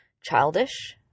childish